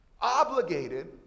obligated